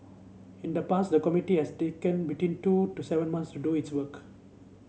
in the past the committee has taken between two to seven months to do its work